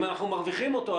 אם אנחנו מרוויחים אותו,